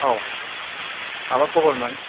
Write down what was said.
औ माबा खबरमोन